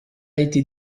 été